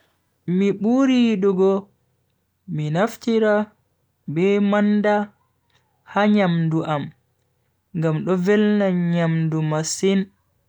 Mi buri yidugo mi naftira be manda ha nyamdu am ngam do velna nyamdu masin.